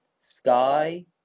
Sky